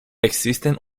existen